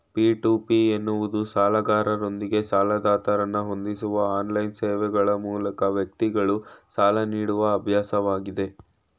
P to P ಎನ್ನುವುದು ಸಾಲಗಾರರೊಂದಿಗೆ ಸಾಲದಾತರನ್ನ ಹೊಂದಿಸುವ ಆನ್ಲೈನ್ ಸೇವೆಗ್ಳ ಮೂಲಕ ವ್ಯಕ್ತಿಗಳು ಸಾಲ ನೀಡುವ ಅಭ್ಯಾಸವಾಗಿದೆ